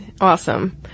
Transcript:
awesome